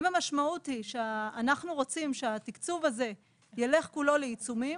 האם המשמעות היא שאנחנו רוצים שהתקצוב הזה ילך כולו לעיצומים,